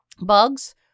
bugs